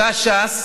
אותה ש"ס